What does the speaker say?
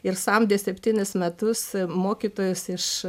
ir samdė septynis metus mokytojus iš